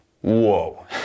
whoa